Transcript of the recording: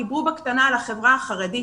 דיברו בקטנה על החברה החרדית